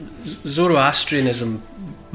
Zoroastrianism